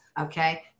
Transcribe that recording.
Okay